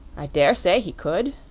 i daresay he could.